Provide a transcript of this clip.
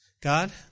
God